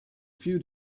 few